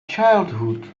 childhood